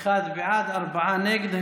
בעד, ארבעה נגד.